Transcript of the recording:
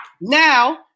Now